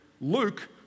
Luke